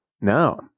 No